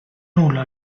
nulla